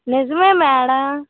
నిజమే మేడం